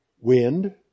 wind